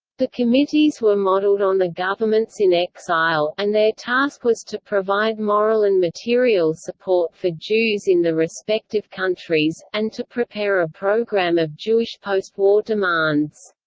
the committees were modeled on the governments-in-exile, and their task was to provide moral and material support for jews in the respective countries, and to prepare a program of jewish postwar demands.